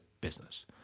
business